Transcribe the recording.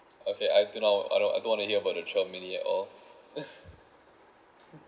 okay I think I'll I don't I don't want to hear about the twelve mini at all